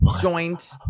joint